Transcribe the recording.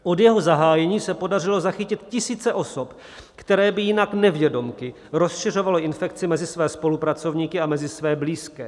Od jeho zahájení se podařilo zachytit tisíce osob, které by jinak nevědomky rozšiřovaly infekci mezi své spolupracovníky a mezi své blízké.